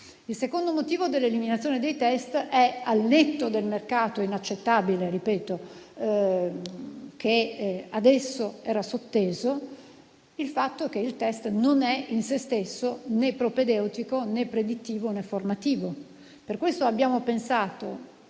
Il secondo motivo dell'eliminazione dei test è, al netto del mercato inaccettabile che ad esso era sotteso, il fatto che il test non è in sé stesso né propedeutico, né predittivo, né formativo. Per questo abbiamo pensato